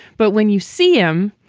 but when you see them,